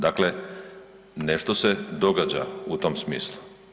Dakle, nešto se događa u tom smislu.